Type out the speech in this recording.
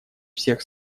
всех